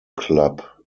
club